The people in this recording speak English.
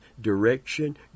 direction